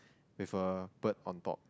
with a bird on top